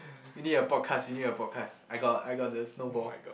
w need to podcast qw need to podcost I got I got the snowball